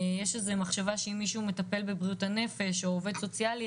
יש איזו משחשבה שאם מישהו מטפל בבריאות הנפש או עובד סוציאלי,